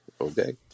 Okay